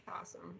awesome